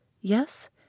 yes